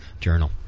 journal